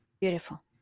Beautiful